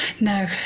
No